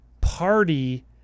party